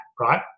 right